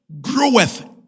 groweth